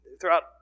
throughout